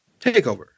Takeover